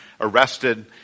arrested